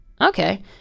okay